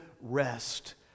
rest